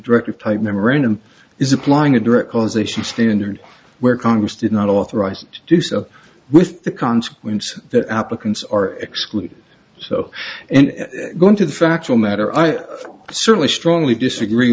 directive memorandum is applying a direct causation standard where congress did not authorized to do so with the consequence that applicants are excluded so and going to the factual matter i certainly strongly disagree